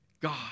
God